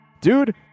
Dude